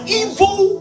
evil